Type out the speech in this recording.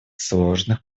сложных